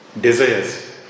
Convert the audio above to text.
desires